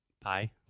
Pi